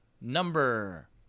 number